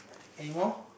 anymore